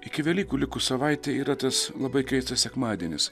iki velykų likus savaitei yra tas labai keistas sekmadienis